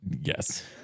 Yes